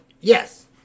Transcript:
Yes